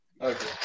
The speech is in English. Okay